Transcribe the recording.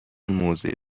موضع